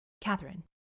Catherine